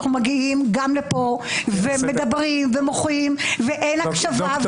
שאנחנו מגיעים גם לכאן ומדברים ומוחים ואין הקשבה.